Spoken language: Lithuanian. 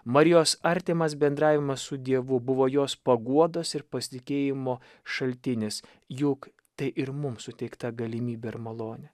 marijos artimas bendravimas su dievu buvo jos paguodos ir pasitikėjimo šaltinis juk tai ir mum suteikta galimybė ir malonė